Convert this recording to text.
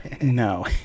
No